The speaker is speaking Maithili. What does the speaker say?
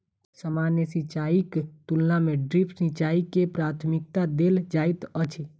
सामान्य सिंचाईक तुलना मे ड्रिप सिंचाई के प्राथमिकता देल जाइत अछि